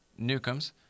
Newcombs